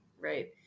right